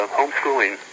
homeschooling